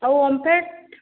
ଆଉ ଓମଫେଡ଼